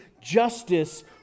justice